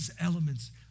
elements